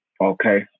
okay